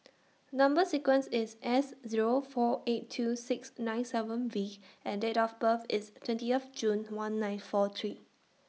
Number sequence IS S Zero four eight two six nine seven V and Date of birth IS twenty of June one nine four three